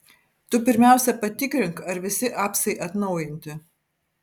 tu pirmiausia patikrink ar visi apsai atnaujinti